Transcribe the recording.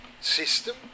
system